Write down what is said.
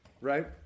right